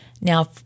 Now